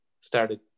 started